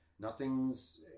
Nothing's